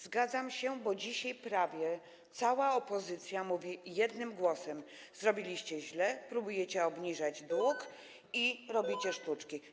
Zgadzam się, bo dzisiaj prawie cała opozycja mówi jednym głosem: zrobiliście źle, próbujecie zmniejszyć dług i robicie sztuczki.